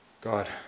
God